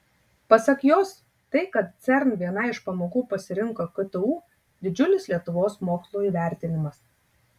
pasak jos tai kad cern vienai iš pamokų pasirinko ktu didžiulis lietuvos mokslo įvertinimas